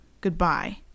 goodbye